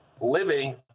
living